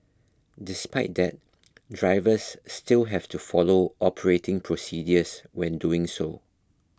despite that drivers still have to follow operating procedures when doing so